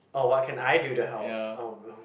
oh what can I do to help um